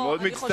אני מאוד מצטער.